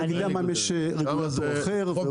לתאגידי המים יש רגולטור אחר.